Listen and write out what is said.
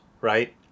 Right